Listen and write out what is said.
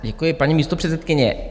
Děkuji, paní místopředsedkyně.